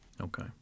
Okay